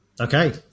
Okay